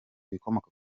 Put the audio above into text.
ibikomoka